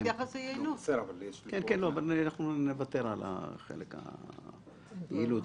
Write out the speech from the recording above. את השאלות על היעילות